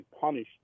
punished